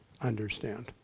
understand